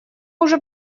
уже